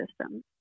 system